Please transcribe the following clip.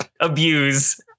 abuse